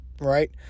right